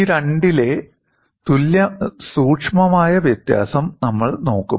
ഈ രണ്ടിലെ സൂക്ഷ്മമായ വ്യത്യാസം നമ്മൾ നോക്കും